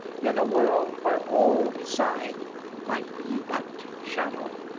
in a world where all beside might be but shadow.